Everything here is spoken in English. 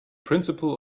principle